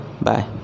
Bye